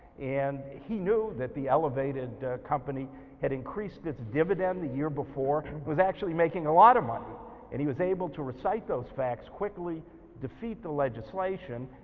and he knew that the elevated company had increased its dividend the year before and was actually making a lot of money and he was able to recite those facts quickly and defeat the legislation,